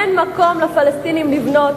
אין מקום לפלסטינים לבנות.